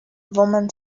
woman